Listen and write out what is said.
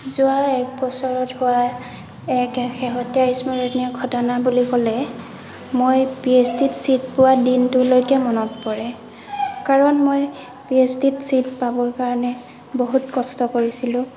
যোৱা এক বছৰত হোৱা এক শেহতীয়া স্মৰণীয় ঘটনা বুলি ক'লে মই পি এইচ ডিত ছিট পোৱা দিনটোলৈকে মনত পৰে কাৰণ মই পি এই ডিত ছিট পাবৰ কাৰণে বহুত কষ্ট কৰিছিলোঁ